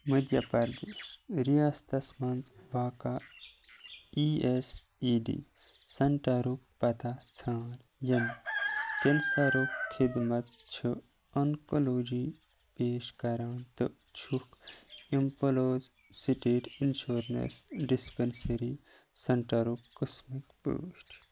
مٔدھیا پردیش ریاستس مَنٛز واقع ای اٮ۪س ای ڈی سینٹرُک پتہ ژھان یِم کٮ۪نسرُک خدمت چھِ انکلوجی پیش کران تہٕ چھُکھ اِمپٕلوز سٹیٹ اِنشورنس ڈِسپٮ۪نسری سینٹرُک قٕسمٕکۍ پٲٹھۍ